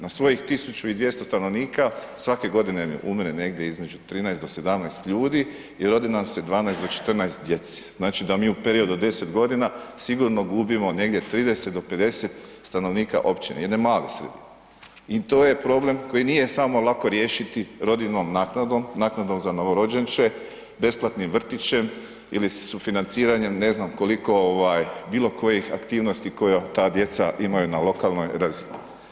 Na svojih 1200 stanovnika svake godine mi umire negdje između 13 do 17 ljudi i rodi nam se 12 do 14 djece, znači da mi u periodu od 10.g. sigurno gubimo negdje 30 do 50 stanovnika općine, jedne male sredine i to je problem koji nije samo lako riješiti rodiljnom naknadom, naknadom za novorođenče, besplatnim vrtićem ili sufinanciranjem ne znam koliko ovaj bilo kojih aktivnosti koja ta djeca imaju na lokalnoj razini.